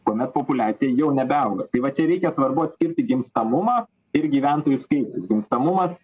kuomet populiacija jau nebeauga tai va čia reikia svarbu atskirti gimstamumą ir gyventojus kaip tas gimstamumas